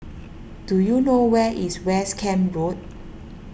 do you know where is West Camp Road